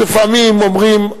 אז לפעמים אומרים,